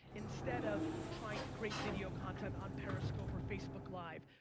instead of trying to create video content on periscope or facebook live.